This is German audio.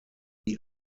die